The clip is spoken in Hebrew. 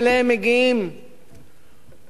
אותן קבוצות של מחפשי מקלט,